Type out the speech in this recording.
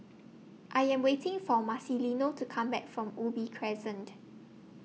I Am waiting For Marcelino to Come Back from Ubi Crescent